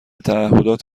تعهدات